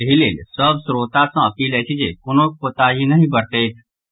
एहिलेल सभ श्रोता सॅ अपील अछि जे कोनो कोताही नहि बरतैथ